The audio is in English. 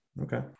Okay